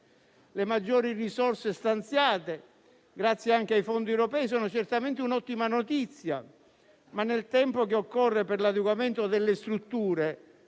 Le maggiori risorse stanziate, grazie anche ai fondi europei, sono certamente un'ottima notizia, ma nel tempo che occorre per l'adeguamento delle strutture